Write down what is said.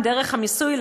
דרך המיסוי,